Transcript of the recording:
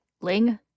Ling